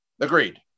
Agreed